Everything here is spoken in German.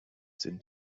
sind